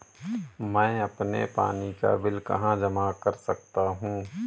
मैं अपने पानी का बिल कहाँ जमा कर सकता हूँ?